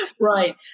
Right